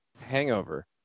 hangover